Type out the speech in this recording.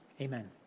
Amen